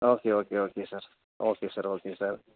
okay okay okay sir okay sir okay sir